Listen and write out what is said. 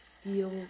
feel